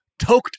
toked